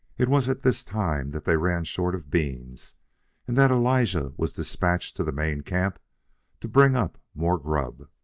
it was at this time that they ran short of beans and that elijah was despatched to the main camp to bring up more grub.